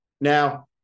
Now